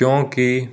ਕਿਉਂਕਿ